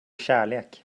kärlek